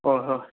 ꯍꯣꯏ ꯍꯣꯏ